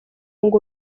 ngo